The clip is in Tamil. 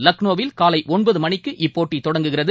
லக்னோவில் காலை ஒன்பது மணிக்கு இப்போட்டி தொடங்குகிறது